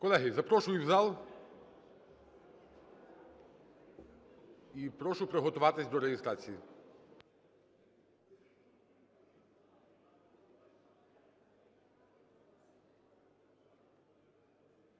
Колеги, запрошую в зал і прошу приготуватись до реєстрації.